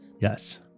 Yes